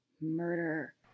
Murder